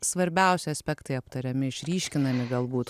svarbiausi aspektai aptariami išryškinami galbūt